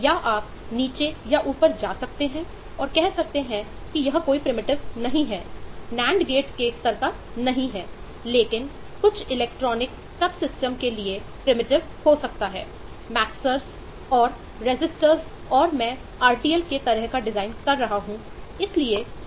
या आप नीचे या ऊपर जा सकते हैं और कह सकते हैं कि यह कोई प्रिमिटिव स्वैच्छित हैं